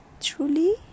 truly